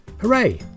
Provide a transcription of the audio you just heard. Hooray